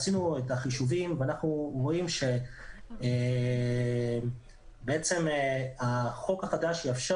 עשינו את החישובים ואנחנו רואים שבעצם החוק החדש יאפשר